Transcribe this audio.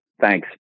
thanks